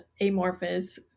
amorphous